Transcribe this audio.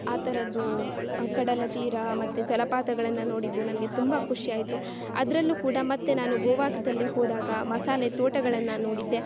ಆ ಥರದ್ದೂ ಕಡಲತೀರ ಮತ್ತೆ ಜಲಪಾತಗಳನ್ನು ನೋಡಿದ್ದು ನನಗೆ ತುಂಬ ಖುಷಿ ಆಯಿತು ಅದ್ರಲ್ಲೂ ಕೂಡ ಮತ್ತೆ ನಾನು ಗೋವಾದಲ್ಲಿ ಹೋದಾಗ ಮಸಾಲೆ ತೋಟಗಳನ್ನು ನೋಡಿದ್ದೆ